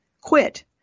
quit